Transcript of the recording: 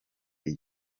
iyi